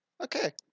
Okay